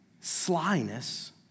slyness